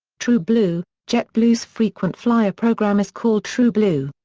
trueblue jetblue's frequent-flyer program is called trueblue.